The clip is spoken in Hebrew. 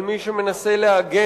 על מי שמנסה להגן,